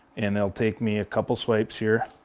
and it'll take me a couple swipes here.